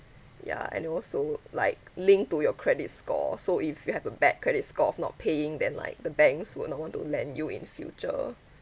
ya and it also like link to your credit score so if you have a bad credit score of not paying then like the banks would not want to lend you in future